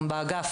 באגף,